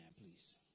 please